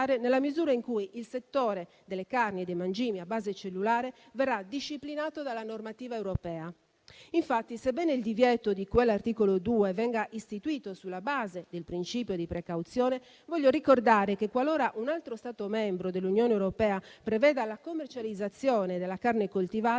nella misura in cui il settore delle carni e dei mangimi a base cellulare verrà disciplinato dalla normativa europea. Infatti, sebbene il divieto di cui all'articolo 2 venga istituito sulla base del principio di precauzione, desidero ricordare che, qualora un altro Stato membro dell'Unione europea preveda la commercializzazione della carne coltivata,